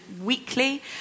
weekly